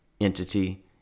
entity